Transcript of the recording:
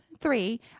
three